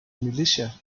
militia